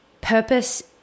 purpose